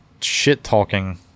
shit-talking